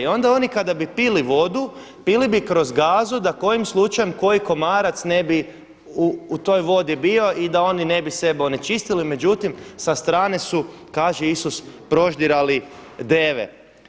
I onda oni kada bi pili vodu pili bi kroz gazu da kojim slučajem koji komarac ne bi u toj vodi bio i da oni ne bi sebe onečistili, međutim sa strane su, kaže Isus, proždirali deve.